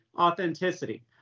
authenticity